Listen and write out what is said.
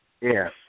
Yes